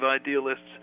idealists